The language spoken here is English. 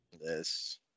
Yes